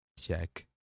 check